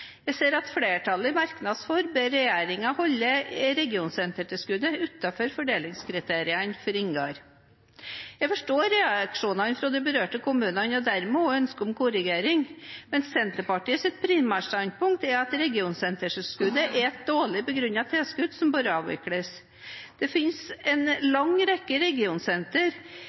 Jeg ser at flertallet i merknadsform ber regjeringen holde regionsentertilskuddet utenfor fordelingskriteriene for INGAR. Jeg forstår reaksjonene fra de berørte kommunene og dermed også ønsket om korrigering, men Senterpartiets primærstandpunkt er at regionsentertilskuddet er et dårlig begrunnet tilskudd som bør avvikles. Det finnes en lang rekke